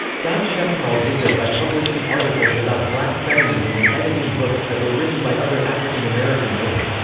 guy-sheftall did that by publishing articles about black feminism and editing books that were written by other african american women.